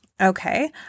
Okay